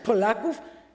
Polaków?